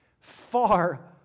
Far